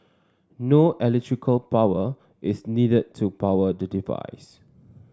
no power is needed to power the device